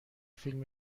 فیلم